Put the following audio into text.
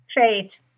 Faith